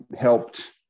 helped